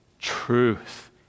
truth